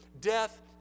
death